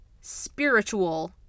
spiritual